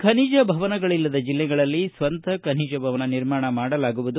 ಖನಿಜ ಭವನಗಳಿಲ್ಲದ ಜಿಲ್ಲೆಗಳಲ್ಲಿ ಸ್ವಂತ ಖನಿಜ ಭವನ ನಿರ್ಮಾಣ ಮಾಡಲಾಗುವುದು